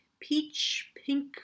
peach-pink